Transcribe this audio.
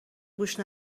گوش